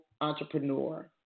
Entrepreneur